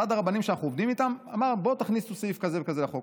אחד הרבנים שאנחנו עובדים איתם אמר: בואו תכניסו סעיף כזה וכזה לחוק,